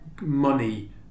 money